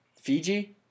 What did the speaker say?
Fiji